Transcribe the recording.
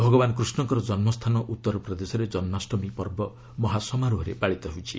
ଭଗବାନ କୃଷ୍ଣଙ୍କର ଜନ୍ମସ୍ଥାନ ଉତ୍ତର ପ୍ରଦେଶରେ ଜନ୍ମାଷ୍ଟମୀ ପର୍ବ ମହାସମାରୋହରେ ପାଳିତ ହେଉଛି